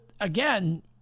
again